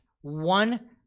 One